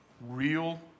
real